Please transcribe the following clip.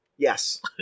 Yes